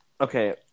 Okay